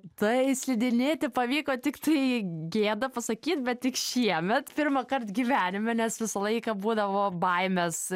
tai slidinėti pavyko tiktai gėda pasakyt bet tik šiemet pirmąkart gyvenime nes visą laiką būdavo baimės